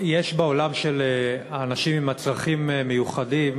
יש בעולם של האנשים עם הצרכים המיוחדים,